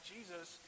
Jesus